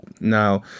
Now